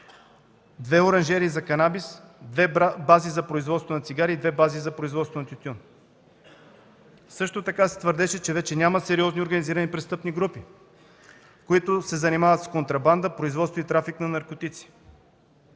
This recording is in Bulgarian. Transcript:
Две оранжерии за канабис. Две бази за производство на цигари и две бази за производство на тютюн. Също така се твърдеше, че вече няма сериозни организирани престъпни групи, които се занимават с контрабанда, производство и трафик на наркотици.